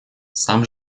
сам